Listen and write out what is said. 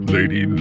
Lady